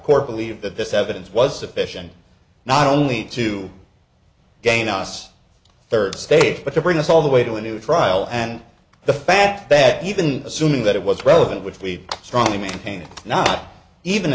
court believe that this evidence was sufficient not only to gain us third stage but to bring us all the way to a new trial and the fact that even assuming that it was relevant which we strongly maintain not even